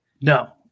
No